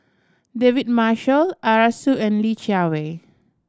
David Marshall Arasu and Li Jiawei